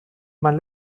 mein